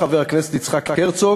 חבר הכנסת יצחק הרצוג,